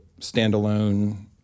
standalone